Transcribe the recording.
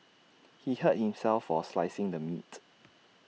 he hurt himself for slicing the meat